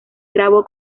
grabó